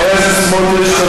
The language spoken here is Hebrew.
חבר הכנסת סמוטריץ,